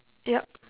yup